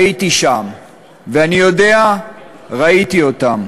הייתי שם ואני יודע, ראיתי אותם.